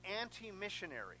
anti-missionary